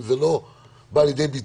רק שאם הן לא באו לידי ביטוי,